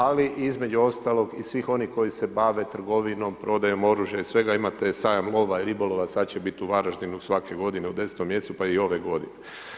Ali između ostalog i svih onih koji se bave trgovinom, prodajom oružja, i svega imate sajam lova i ribolova sad će biti u Varaždinu svake godine u desetom mjesecu, pa i ove godine.